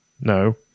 no